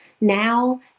now